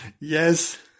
Yes